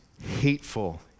hateful